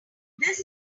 this